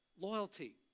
loyalty